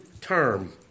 term